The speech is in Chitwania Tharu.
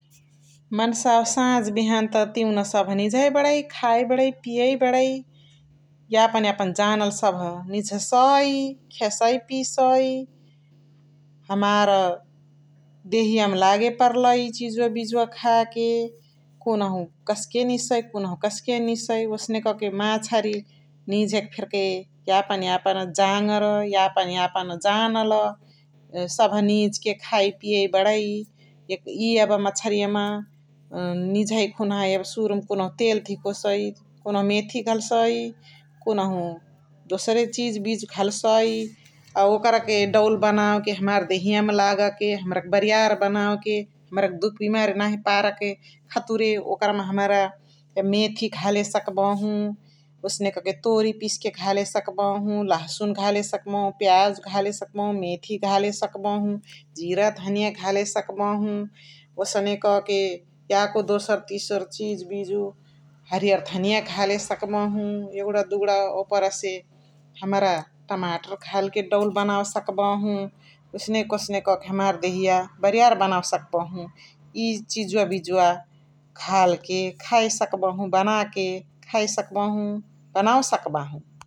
मन्सावा सझ्बिहान त तिउना सभ निझाइ बणै खाइ बणै पियइ बणै यापन यापन जानल सभ निझासइ खेसइ पिसइ । हमार देहिया मा लागे पर्लइ इय चिजुवा बिजुवा खाके कुनहु कस्के निझासइ कुनहु कस्के निझासइ । ओसने क के माछरी निझ के फेर्के यापन यापन जागरा यापन यापन जानला सभ निझ के खाइ के बणै । इय यब मछरिया मा निझइक खुन्हा कुनुहु तेल धिकोसइ कुनुहु मेथी घल्सइ कुनुहु दोसरे चिज्बिजु हल्सइ आ ओकर के दौल बनावे के हमार देहिया मा लाग के हमरा के बरियार हमरा के दुख्बिमारी नाही बनावे के खतुरे ओकर मा हमरा मेथी घाले सकबहु ओसने क के तोरी पिस्के घाले सकबहु लहसुन घाले सकबहु पियाज घाले सकबहु जिरा घाले सकबहु घनिया घाले सकबहु । ओसने क के याको दोसर तिसर चिज्बिजु हरियार घनिया घाले सकबहु यगुणा दुगुणा ओपरा से हमरा तमातर घालके दौल बनावे घाले सकबहु ओसने ओसस्ने क के हमार देहिया बारीयार बनावे सकबहु । इ चिजुवा बिजुवा घाल के खाइ सकबहु बनाके खाइ सकबहु बनावे सकबहु ।